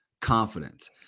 confidence